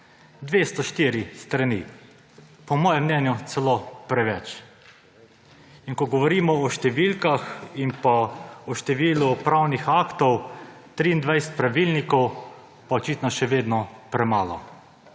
204 strani. Po mojem mnenju celo preveč. In ko govorimo o številkah in o številu pravnih aktov – 23 pravilnikov, pa očitno še vedno premalo.